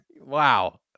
Wow